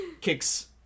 kicks